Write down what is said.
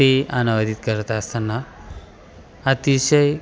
ते अनुवदित करत असताना अतिशय